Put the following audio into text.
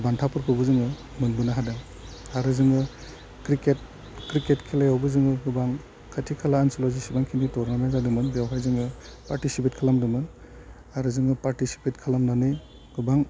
बान्थाफोरखौबो जोङो मोनबोनो हादों आरो जोङो क्रिकेट क्रिकेट खेलायावबो जोङो गोबां खाथि खाला ओनसोलाव जेसेबां खिनि टरनामेन्ट जादोंमोन बेयावहाय जोङो पार्टिसिपेट खालामदोंमोन आरो जोङो पार्टिसिपेट खालामनानै गोबां